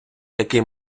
який